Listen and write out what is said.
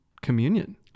communion